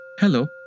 Hello